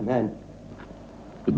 and when the